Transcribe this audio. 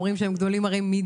הם אומרים שהם גדולים מדי.